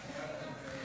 להעביר